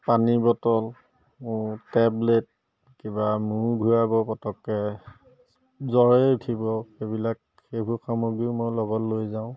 পানী বটল মোৰ টেবলেট কিবা মূৰ ঘূৰাব পটককৈ জ্বৰেই উঠিব সেইবিলাক সেইবোৰ সামগ্ৰীও মই লগত লৈ যাওঁ